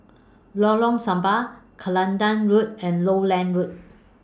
Lorong Samak Kelantan Road and Lowland Road